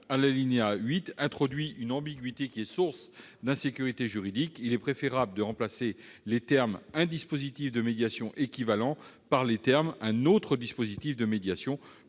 à l'alinéa 8 introduit une ambiguïté qui est source d'insécurité juridique. Il est préférable de remplacer les termes « un dispositif de médiation équivalent » par les termes « un autre dispositif de médiation »,